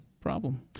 problem